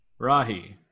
Rahi